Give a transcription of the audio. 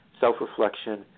self-reflection